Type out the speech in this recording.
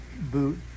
boot